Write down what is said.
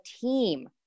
team